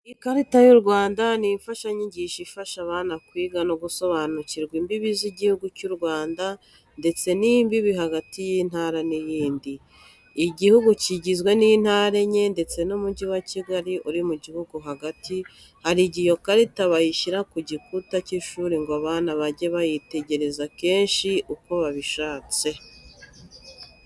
Ikarita y'u Rwanda ni imfashanyigisho ifasha abana kwiga no gusobanukirwa imbibi z'igihugu cy'u Rwanda ndetse n'imbibi hagati y'intara n'iyindi. Iguhugu kigizwe n'intara enye ndetse n'umugi wa Kigali uri mu gihugu hagati. Hari igihe iyo karita bayishyira ku gikuta cy'ishuri ngo abana bajye bayitegereza kenshi uko babishatse.